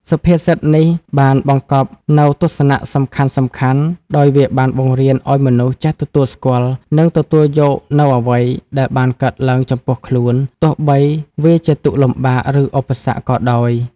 សុភាសិតនេះបានបង្កប់នូវទស្សនៈសំខាន់ៗ ដោយវាបានបង្រៀនឱ្យមនុស្សចេះទទួលស្គាល់ និងទទួលយកនូវអ្វីដែលបានកើតឡើងចំពោះខ្លួន ទោះបីវាជាទុក្ខលំបាក ឬឧបសគ្គក៏ដោយ។